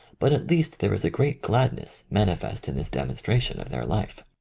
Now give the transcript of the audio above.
but at least there is a great gladness manifest in this demonstration of their life.